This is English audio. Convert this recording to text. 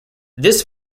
this